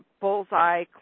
bullseye